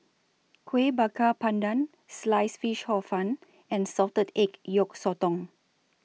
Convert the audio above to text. Kueh Bakar Pandan Sliced Fish Hor Fun and Salted Egg Yolk Sotong